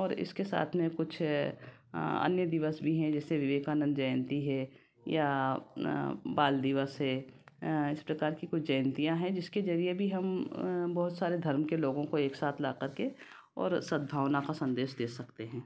और इसके साथ में कुछ अन्य दिवस भी हैं जैसे विवेकानन्द जयंती है या बाल दिवस है इस प्रकार की कुछ जयंतियाँ हैं जिसके जरिये भी हम बहुत सारे धर्म के लोगों को एक साथ का कर के और सद्भावना का संदेश दे सकते हैं